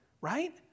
right